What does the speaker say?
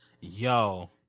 Yo